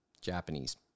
Japanese